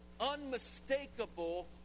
unmistakable